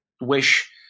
wish